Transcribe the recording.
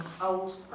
old